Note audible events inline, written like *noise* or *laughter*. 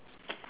*noise*